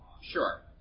Sure